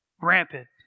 rampant